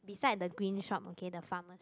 beside the green shop okay the pharmacy